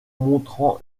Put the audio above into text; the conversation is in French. montrant